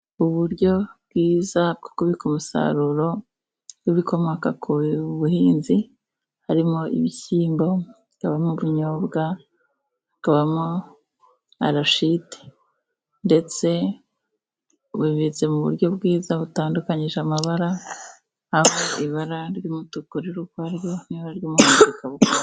Uburyo bwiza bwo kubika umusaruro w'ibikomoka ku buhinzi harimo, ibishyimbo, hakabamo ubunyobwa, hakabamo arashide, ndetse bibitse mu buryo bwiza butandukanyije amabara, aho ibara ry'umutuku riri ukwa ryo n'ibara ry'umuhondo rikaba ukwa ryo.